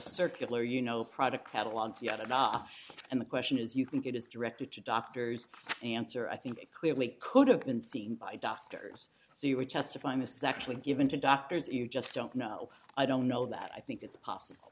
circular you know product catalogs you got it off and the question is you can get as directed to doctors answer i think it clearly could have been seen by doctors so you were testifying a section given to doctors you just don't know i don't know that i think it's possible